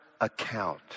account